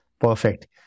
Perfect